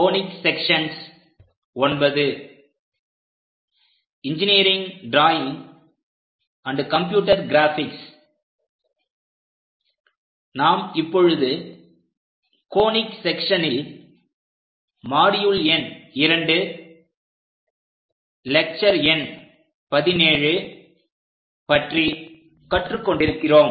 conic sections IX engineering drawing and computer graphics நாம் இப்பொழுது conic செக்சன்ஸனில் மாடியுள் எண் 2 லெக்ச்சர் எண் 17 பற்றி கற்றுக் கொண்டிருக்கிறோம்